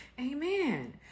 Amen